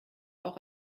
auch